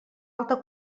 alta